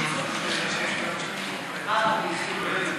אללה א-רחמאן א-רחים.